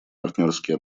партнерские